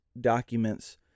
documents